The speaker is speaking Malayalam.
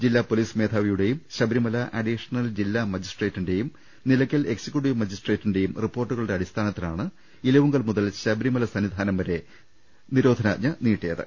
ജില്ലാപൊലീസ് മേധാവിയുടെയും ശബരിമല അഡീ ഷണൽ ജില്ലാ മജിസ്ട്രേറ്റിന്റെയും നിലയ്ക്കൽ എക്സിക്യു ട്ടീവ് മിജസ്ട്രേറ്റിന്റെയും റിപ്പോർട്ടുകളുടെ അടിസ്ഥാനത്തി ലാണ് ഇലവുങ്കൽ മുതൽ ശബരിമല സന്നിധാനം വരെ പ്രദേ ശങ്ങളിൽ നിരോധനാജ്ഞ നീട്ടിയത്